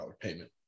payment